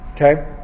Okay